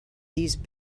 these